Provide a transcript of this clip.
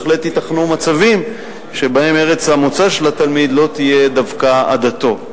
בהחלט ייתכנו מצבים שבהם ארץ המוצא של התלמיד לא תהיה דווקא עדתו,